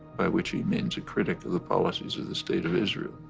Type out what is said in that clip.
by which he means a critic of the policies of the state of israel,